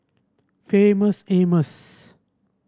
Famous Amos